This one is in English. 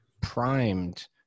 primed